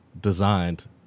designed